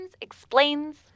Explains